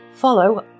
follow